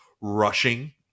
rushing